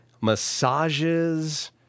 massages